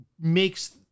makes